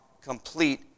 complete